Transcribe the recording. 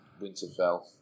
winterfell